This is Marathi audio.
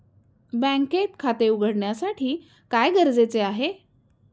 बँकेत खाते उघडण्यासाठी काय गरजेचे आहे?